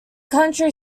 county